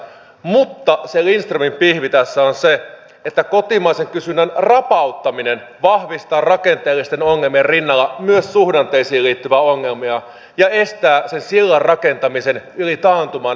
mutta se lindströmin pihvi tässä on se että kotimaisen kysynnän rapauttaminen vahvistaa rakenteellisten ongelmien rinnalla myös suhdanteisiin liittyviä ongelmia ja estää sen sillan rakentamisen yli taantuman